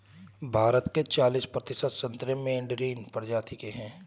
भारत के चालिस प्रतिशत संतरे मैडरीन प्रजाति के हैं